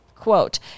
Quote